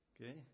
Okay